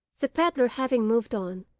the pedlar having moved on,